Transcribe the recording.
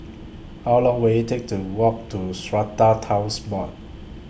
How Long Will IT Take to Walk to Strata Titles Board